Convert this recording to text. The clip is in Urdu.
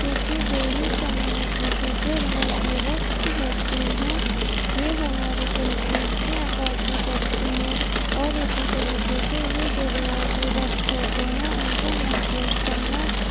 کیوں کہ دیہی کمیونٹی کے جو روایتی رقص ہوتے ہیں یہ ہماری تہذیب کی عکاسی کرتے ہیں اور اسی طریقے سے یہ جو روایتی رقص ہوتے ہیں ان کو محفوظ کرنا